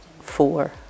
four